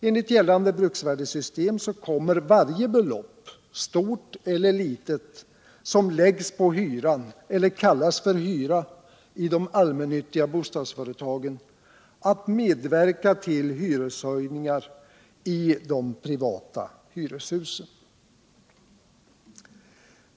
Enligt gällande bruksvärdessystem kommer varje belopp, stort eller litet, som läggs på hyran eller kallas för hyra i de allmännyttiga bostadsfö retagen att medverka till hyreshöjningar i de privata hyreshusen.